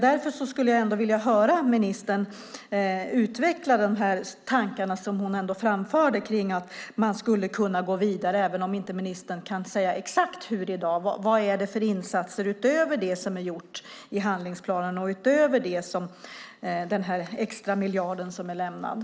Därför skulle jag vilja höra ministern utveckla de tankar som hon framförde om att gå vidare, även om ministern inte i dag kan säga exakt vad det är för insatser utöver det som ryms i handlingsplanen och utöver den extra miljard som är avsatt.